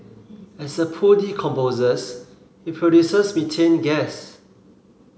as the poo decomposes it produces methane gas